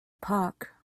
park